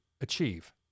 achieve